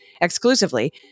Exclusively